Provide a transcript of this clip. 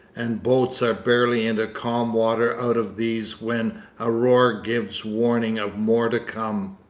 and boats are barely into calm water out of these when a roar gives warning of more to come,